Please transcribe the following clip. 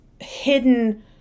hidden